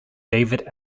david